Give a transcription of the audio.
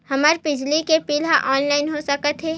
हमर बिजली के बिल ह ऑनलाइन हो सकत हे?